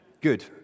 Good